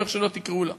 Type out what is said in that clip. או איך שלא תקראו לה: